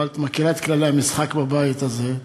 אבל את מכירה את כללי המשחק בבית הזה.